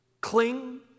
Cling